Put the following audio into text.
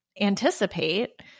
anticipate